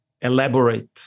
elaborate